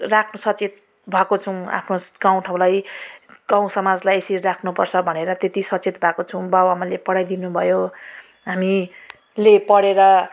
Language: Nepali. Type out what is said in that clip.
राख्नु सचेत भएको छौँ आफ्नो गाउँ ठाउँलाई गाउँ समाजलाई यसरी राख्नु पर्छ भनेर त्यति सचेत भएको छौँ बाउ आमाले पढाइदिनु भयो हामीले पढेर